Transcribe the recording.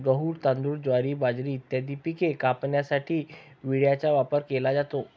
गहू, तांदूळ, ज्वारी, बाजरी इत्यादी पिके कापण्यासाठी विळ्याचा वापर केला जातो